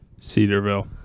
Cedarville